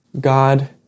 God